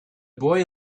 boy